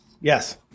Yes